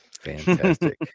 fantastic